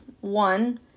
One